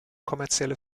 kommerzielle